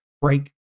break